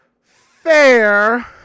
fair